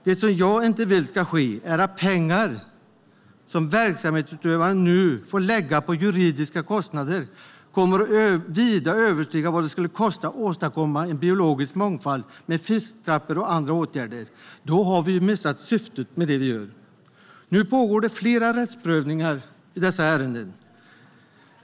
Det som jag inte vill ska ske är att pengar som verksamhetsutövaren nu får lägga på juridiska kostnader kommer att vida överstiga vad det skulle kosta att åstadkomma en biologisk mångfald med fisktrappor och andra åtgärder. Då har vi ju missat syftet med det vi gör. Nu pågår det flera rättsprövningar i dessa ärenden.